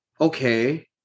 okay